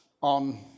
on